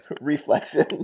Reflection